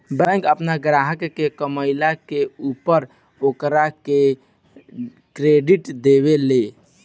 bank आपन ग्राहक के कमईला के ऊपर ओकरा के क्रेडिट देवे ले